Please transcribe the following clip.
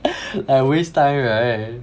ah waste time right